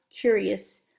Curious